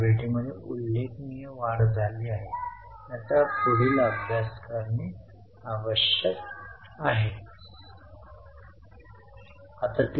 तर रोखीची निव्वळ वाढ ही एकूण ओ प्लस मी प्लस एफ म्हणजे 1700 ची आहे तुम्हाला ती मिळत आहे का